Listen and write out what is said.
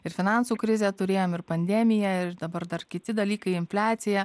ir finansų krizę turėjom ir pandemiją ir dabar dar kiti dalykai infliacija